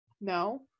No